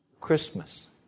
Christmas